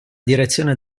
direzione